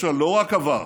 יש לה לא רק עבר,